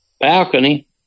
balcony